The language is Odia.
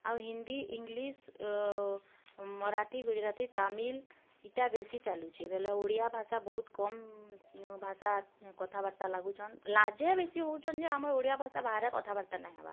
ଆଉ ହିନ୍ଦୀ ଇଂଲିଶ୍ ମରାଠୀ ଗୁଜୁରାତି ତାମିଲ୍ ଇଟା ବେଶୀ ଚାଲୁଚେ ବେଲେ ଓଡ଼ିଆ ଭାଷା ବହୁତ୍ କମ୍ ଭାଷା କଥାବାର୍ତ୍ତା ଲାଗୁଛନ୍ ଲାଜେ ବେଶୀ ହଉଚନ୍ ଯେ ଆମର ଓଡ଼ିଆ ଭାଷା ବାହାରେ କଥାବାର୍ତ୍ତା ନାଇଁ ହେବା